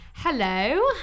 Hello